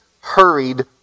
hurried